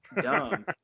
Dumb